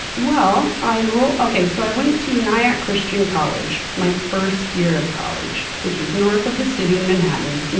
well, i enrolled, okay, so i went to nyack christian college my first year of college, which is north of the city of and manhattan.